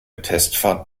testfahrt